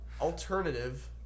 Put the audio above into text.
Alternative